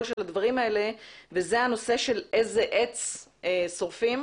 הדברים וזה הנושא של איזה עץ שורפים.